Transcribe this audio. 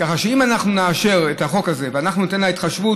ככה שאם נאשר את החוק הזה וניתן לה התחשבות,